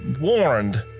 warned